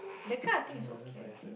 that kind of thing is okay I think